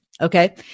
Okay